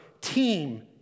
team